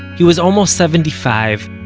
he was almost seventy-five,